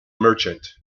merchant